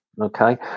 Okay